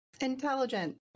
intelligent